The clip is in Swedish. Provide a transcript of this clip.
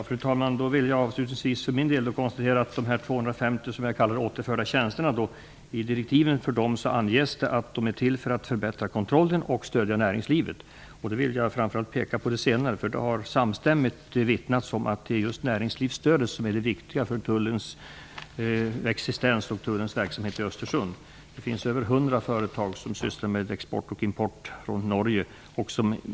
Fru talman! Då vill jag avslutningsvis konstatera att i direktiven för de 250 återförda tjänsterna, som jag kallar dem, anges att de är till för att förbättra kontrollen och stödja näringslivet. Jag vill framför allt peka på det senare. Det har samstämmigt vittnats om att det är just näringslivsstödet som är det viktiga för Det finns över 100 företag som sysslar med export och import från Norge.